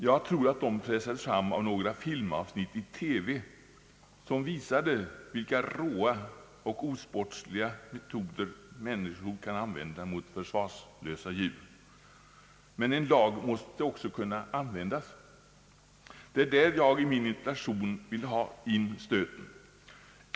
Jag tror att de pressades fram genom några filmavsnitt i TV, som visade vilka råa och osportsliga metoder människor kan använda mot försvarslösa djur. Men en lag måste kunna användas. Det är där jag i min interpellation vill ha in stöten.